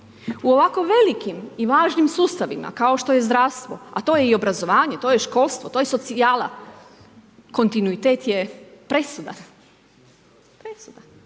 U ovako velikim i važnim sustavima kao što je zdravstvo, a to je i obrazovanje, to je školstvo, to je socijala, kontinuitet je presuda, presuda.